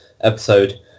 episode